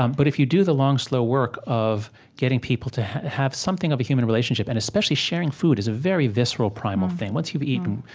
um but if you do the long, slow work of getting people to have something of a human relationship and especially, sharing food is a very visceral, primal thing. once you've eaten,